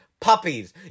Puppies